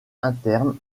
interne